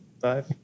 five